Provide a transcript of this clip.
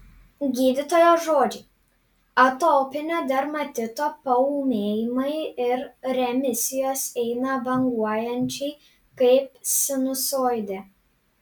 gydytojos žodžiais atopinio dermatito paūmėjimai ir remisijos eina banguojančiai kaip sinusoidė